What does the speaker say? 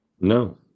No